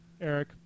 Eric